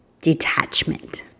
detachment